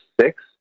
six